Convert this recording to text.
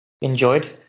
enjoyed